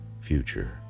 future